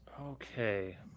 Okay